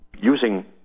using